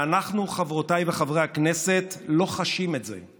ואנחנו, חברות וחברי הכנסת, לא חשים את זה,